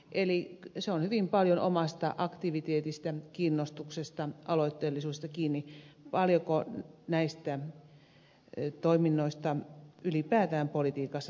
eli se on hyvin paljon omasta aktiviteetista kiinnostuksesta aloitteellisuudesta kiinni paljonko näistä toiminnoista ylipäätään politiikassa saa irti